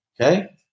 Okay